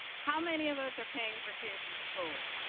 how many of us are paying for kids in school?